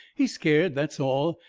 he's scared, that's all.